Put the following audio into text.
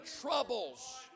troubles